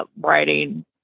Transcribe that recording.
writing